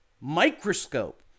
microscope